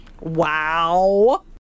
Wow